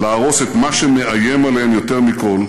להרוס את מה שמאיים עליהם יותר מכול,